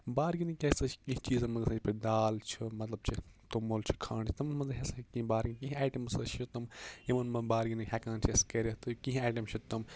bargaining تہِ ہَسا چھِ کیٚنٛہہ چیزَن منٛز گَژھان یتھ پٲٹھۍ دال چھِ مَطلَب چھِ توٚمُل چھِ کھَنٛڈ تِمَن منٛز ہَسا ہیٚکہِ کیٚنٛہہ بارگینِگ کیٚنٛہہ آیٹَمٕز ہَسا چھِ تِم یِمَن منٛز بارگینِگ ہیٚکَان چھِ أسۍ کٔرِتھ کیٚنٛہہ آیٹَم چھِ تِم